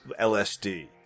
LSD